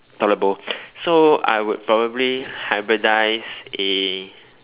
toilet bowl so I would probably hybridize a